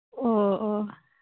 ᱚ ᱚᱷ